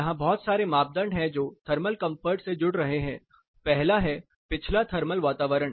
यहां बहुत सारे मापदंड है जो थर्मल कंफर्ट से जुड़ रहे हैं पहला है पिछला थर्मल वातावरण